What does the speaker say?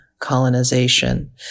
colonization